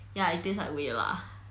ya it taste like 微辣